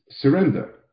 surrender